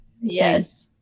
Yes